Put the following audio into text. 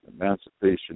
emancipation